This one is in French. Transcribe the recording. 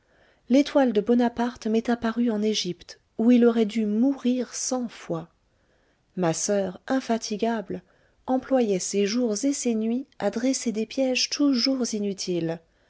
l'étoile de bonaparte m'est apparue en égypte où il aurait dû mourir cent fois ma soeur infatigable employait ses jours et ses nuits à dresser des pièges toujours inutiles